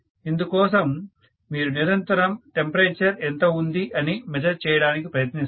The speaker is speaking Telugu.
ఇందుకోసం మీరు నిరంతరం టెంపరేచర్ ఎంత ఉంది అని మెజర్ చేయడానికి ప్రయత్నిస్తారు